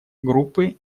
группы